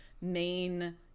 main